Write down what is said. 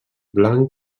blanc